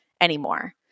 anymore